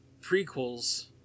prequels